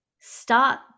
start